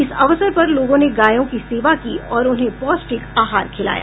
इस अवसर पर लोगों ने गायों की सेवा की और उन्हें पौष्टिक आहार खिलाया